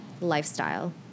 lifestyle